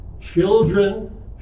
Children